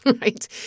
Right